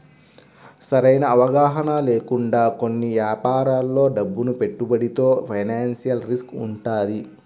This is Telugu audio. సరైన అవగాహన లేకుండా కొన్ని యాపారాల్లో డబ్బును పెట్టుబడితో ఫైనాన్షియల్ రిస్క్ వుంటది